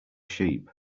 sheep